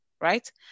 right